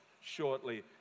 shortly